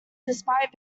despite